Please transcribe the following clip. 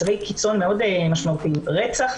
מצבי קיצון מאוד משמעותיים: רצח,